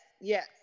yes